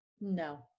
No